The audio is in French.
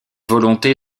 volonté